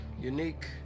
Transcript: unique